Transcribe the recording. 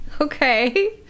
Okay